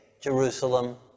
Jerusalem